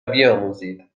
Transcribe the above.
بیاموزید